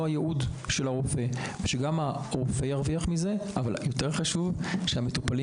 הייעוד של הרופא כך שגם הרופא מרוויח וגם המטופלים